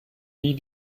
wie